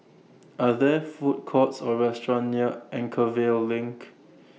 Are There Food Courts Or restaurants near Anchorvale LINK